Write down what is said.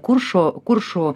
kuršo kuršų